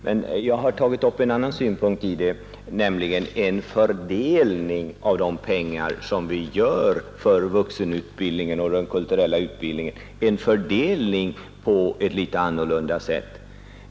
Men jag har tagit upp en annan synpunkt, nämligen att de pengar som vi ger till vuxenutbildningen och den kulturella verksamheten skulle fördelas litet annorlunda.